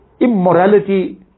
immorality